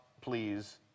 please